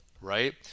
right